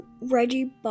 Reggie